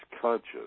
conscious